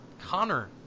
Connor